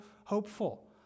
hopeful